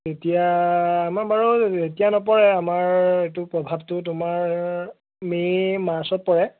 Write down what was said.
তেতিয়া মই বাৰু এতিয়া নপৰে আমাৰ এইটো প্ৰভাৱটো তোমাৰ মে' মাৰ্চত পৰে